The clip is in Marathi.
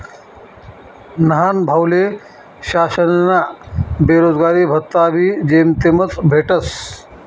न्हानभाऊले शासनना बेरोजगारी भत्ताबी जेमतेमच भेटस